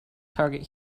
target